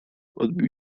odbił